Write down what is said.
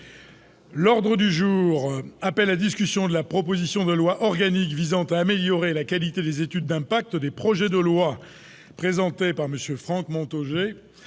et républicain, de la proposition de loi organique visant à améliorer la qualité des études d'impact des projets de loi, présentée par M. Franck Montaugé